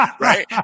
right